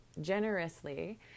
generously